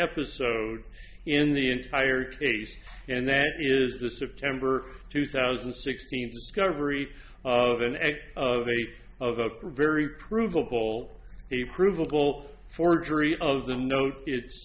episode in the entire case and that is the september two thousand and sixteen discovery of an egge of a of a very provable be provable forgery of the no